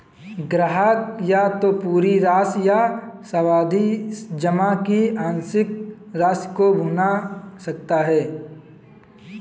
ग्राहक या तो पूरी राशि या सावधि जमा की आंशिक राशि को भुना सकता है